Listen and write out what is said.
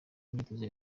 imyitozo